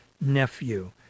nephew